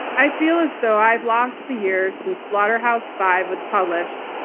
i feel as though i've lost the years since slaughterhouse five was published,